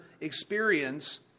experience